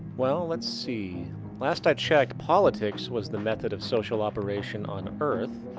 well, let's see last i checked, politics was the method of social operation on earth.